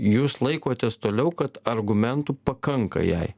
jūs laikotės toliau kad argumentų pakanka jai